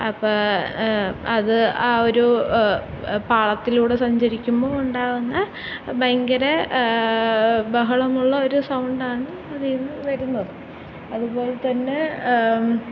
അപ്പോള് അത് ആ ഒരു പാളത്തിലൂടെ സഞ്ചരിക്കുമ്പോള് ഉണ്ടാകുന്ന ഭയങ്കര ബഹളമുള്ള ഒരു സൗണ്ടാണ് അതില്നിന്ന് വരുന്നത് അതുപോലെത്തന്നെ